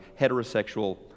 heterosexual